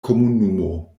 komunumo